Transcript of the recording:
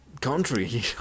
country